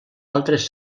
altres